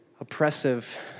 oppressive